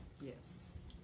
yes